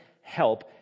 help